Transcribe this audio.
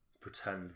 pretend